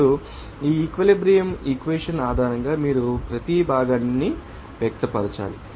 ఇప్పుడు ఈ equilibrium equation ఆధారంగా మీరు ప్రతి భాగానికి వ్యక్తపరచాలి